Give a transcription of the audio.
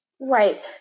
right